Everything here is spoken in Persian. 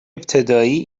ابتدایی